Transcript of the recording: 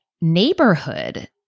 neighborhood